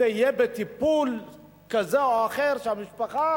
זה יהיה בטיפול כזה או אחר שהמשפחה